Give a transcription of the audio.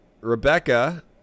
rebecca